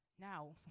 Now